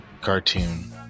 cartoon